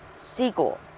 sequel